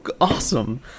awesome